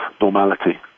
normality